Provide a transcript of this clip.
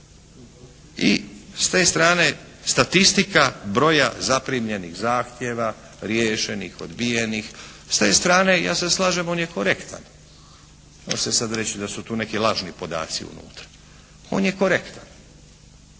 I s te strane statistika broja zaprimljenih zahtjeva, riješenih, odbijenih. S te strane, ja se slažem on je korektan. Ne može se reći da su tu neki lažni podaci unutra. On je korektan.